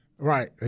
Right